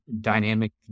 dynamic